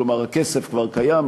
כלומר הכסף כבר קיים,